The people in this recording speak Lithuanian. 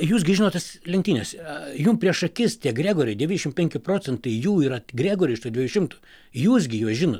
jūs gi žinot tas lenktynes jum prieš akis tie gregoriai devyniasdešim penki procentai jų yra gregoriai iš tų dviejų šimtų jūs gi juos žino